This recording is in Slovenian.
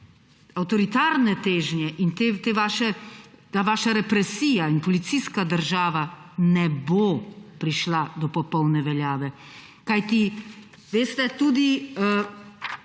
avtoritarne težnje in ta vaša represija in policijska država ne bo prišla do popolne veljave,